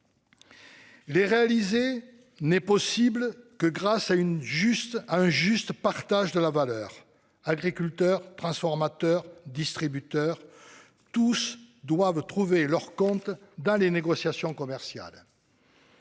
Les atteindre n'est possible que grâce à un juste partage de la valeur. Agriculteurs, transformateurs, distributeurs, tous doivent trouver leur compte dans les négociations commerciales.